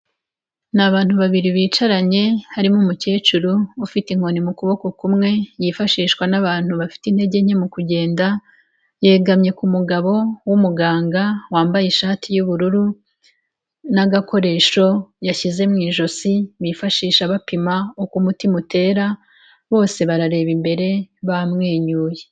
Ni abantu babiri bicaranye harimo umukecuru ufite inkoni mu kuboko kumwe, yifashishwa n'abantu bafite intege nke mu kugenda, yegamye ku mugabo w'umuganga wambaye ishati y'ubururu n'agakoresho yashyize mu ijosi, bifashisha bapima uko umutima utera, bose barareba imbere bamwenyuye.